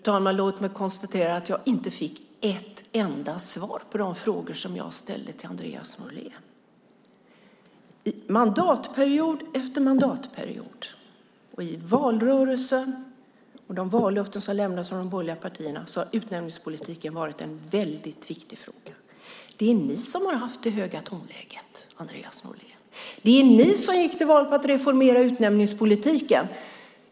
Fru talman! Låt mig konstatera att jag inte fick ett enda svar på de frågor som jag ställde till Andreas Norlén. Mandatperiod efter mandatperiod, i valrörelsen och i de löften som lämnades av de borgerliga partierna har utnämningspolitiken varit en väldigt viktig fråga. Det är ni som har haft det höga tonläget, Andreas Norlén. Det är ni som gick till val på att reformera utnämningspolitiken.